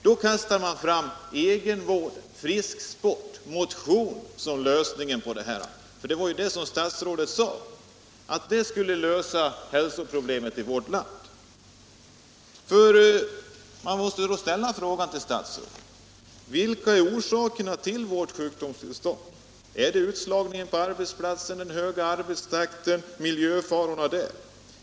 Här kastar man fram begrepp som egenvård, frisksport och motion som lösningar på hälsoproblemen — det var ju vad statsrådet sade. Jag måste då ställa frågan till statsrådet: Vilka är orsakerna till vårt sjukdomstillstånd? Är det utslagningen på arbetsplatserna, den höga arbetstakten och miljöfarorna där?